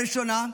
הראשונה,